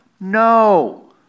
No